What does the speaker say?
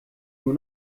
nur